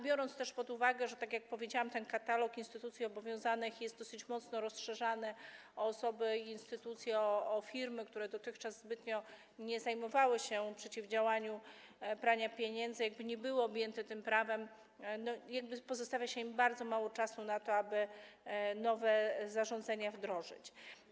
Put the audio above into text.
Biorąc pod uwagę to, że tak jak powiedziałam, ten katalog instytucji obowiązanych jest dosyć mocno rozszerzany o osoby i instytucje, o firmy, które dotychczas zbytnio nie zajmowały się przeciwdziałaniem praniu pieniędzy, nie były objęte tym prawem, pozostawia się im bardzo mało czasu na to, aby nowe zarządzenia wdrożyć.